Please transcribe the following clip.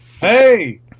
Hey